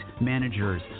managers